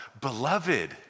beloved